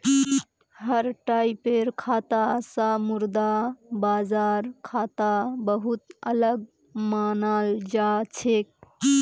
हर टाइपेर खाता स मुद्रा बाजार खाता बहु त अलग मानाल जा छेक